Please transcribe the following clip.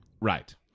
Right